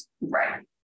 Right